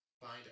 Find